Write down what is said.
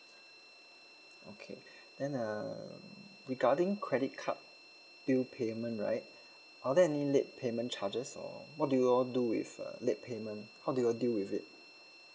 okay then um regarding credit card bill payment right are there any late payment charges or what do you all do with uh late payment how do you all deal with it